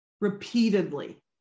repeatedly